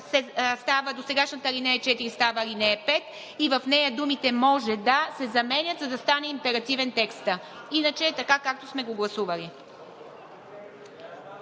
досегашната ал. 4 става ал. 5 и в нея думите „може да“ се заменят, за да стане императивен текстът. Иначе е така, както сме го гласували.